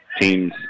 Teams